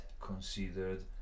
considered